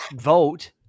vote